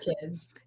kids